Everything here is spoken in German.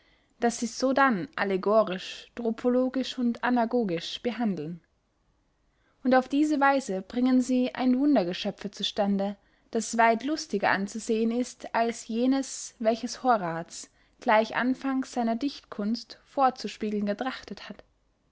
das sie sodann allegorisch tropologisch und anagogisch behandeln und auf diese weise bringen sie ein wundergeschöpfe zu stande das weit lustiger anzusehen ist als jenes welches horaz gleich anfangs seiner dichtkunst vorzuspiegeln getrachtet hat